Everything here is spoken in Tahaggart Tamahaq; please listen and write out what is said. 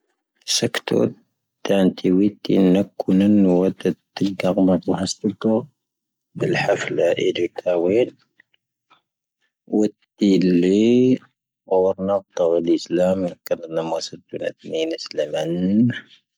ⵙⴻⴽⵜoⴷ, ⵜⴰⵏⵜⵉ ⵡⵉⵜⵜⵉⵏ ⵏⴰⴽⴽⵓⵏⵉⵏ ⵡⴰⴷⴰⴷ ⵜⵜⵉⴽ ⴳⴰⵔⵎⴰⴷⵡⴰⵙⵜⵓ ⵜⵜo ⴱⵉⵍⵀⴰⴼⵍⴰ ⵉⵔⵉⵜⴰⵡⴰⴷ. ⵡⵉⵜⵜⵉⵍⵉ, oⵔⵏⴰ ⵜⵜⴰⵡⴰⴷ ⵉⵙⵍⴰⵎⵉ ⴽⴰⵔⵏⴰⵏ ⵎⴰⴰⵙⴰⵜⵓⵏⴰⵜ ⵎⵉⵏⵉⵙⵍⴰⵎⴰⵏ.